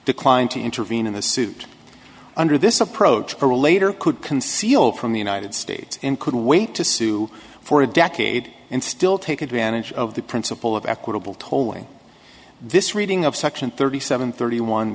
declined to intervene in the suit under this approach for a later could conceal from the united states and could wait to sue for a decade and still take advantage of the principle of equitable tolling this reading of section thirty seven thirty one